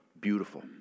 beautiful